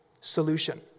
solution